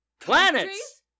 Planets